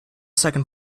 second